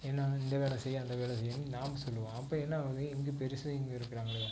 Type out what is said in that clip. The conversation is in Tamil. ஏன்னால் இந்த வேலை செய் அந்த வேலை செய்யினு நாம் சொல்லுவோம் அப்போ என்ன ஆகுது இங்கே பெருசு இங்க இருக்கிறாங்களே